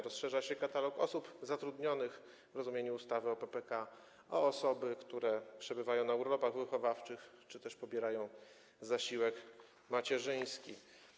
Rozszerza się katalog osób zatrudnionych w rozumieniu ustawy o PPK o osoby, które przebywają na urlopach wychowawczych czy też pobierają zasiłek macierzyński.